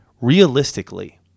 realistically